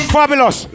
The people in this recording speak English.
Fabulous